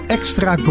Extra